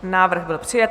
Návrh byl přijat.